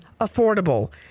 affordable